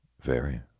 Very